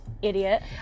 Idiot